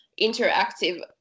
interactive